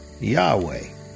Yahweh